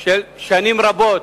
של שנים רבות,